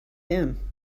him